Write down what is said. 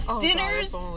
Dinners